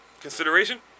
consideration